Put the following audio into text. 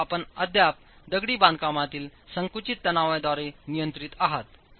परंतु आपण अद्याप दगडी बांधकामातील संकुचित तणावाद्वारे नियंत्रित आहात